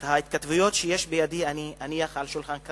את ההתכתבויות שיש בידי אני אניח על שולחנך